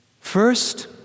First